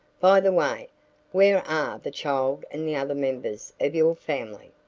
by the way where are the child and the other members of your family?